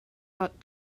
got